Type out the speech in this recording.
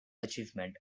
achievement